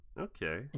Okay